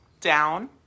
down